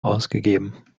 ausgegeben